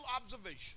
observation